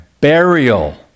burial